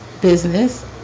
business